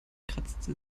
kratzte